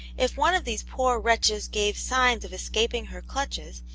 if one of these poor wretches gave signs of escaping her clutches,